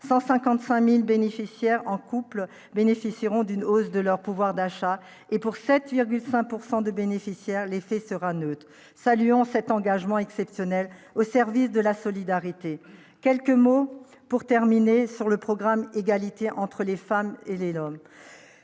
155000 bénéficiaires en couple bénéficieront d'une hausse de leur pouvoir d'achat et pour cette il y a 20 pourcent de bénéficiaires, l'effet sera nous saluons cet engagement exceptionnel au service de la solidarité, quelques mots pour terminer sur le programme égalité entre les femmes et les lol